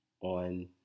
on